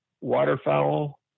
waterfowl